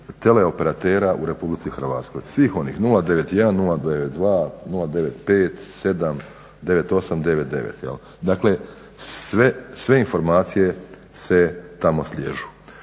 teleoperatera u RH, svih onih, 091, 092, 095, 097, 098, 099. Dakle, sve informacije se tamo sliježu.